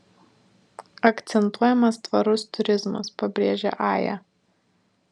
akcentuojamas tvarus turizmas pabrėžia aja